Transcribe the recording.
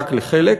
רק לחלק,